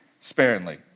sparingly